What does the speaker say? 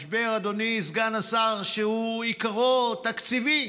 משבר, אדוני סגן השר, שהוא בעיקרו תקציבי.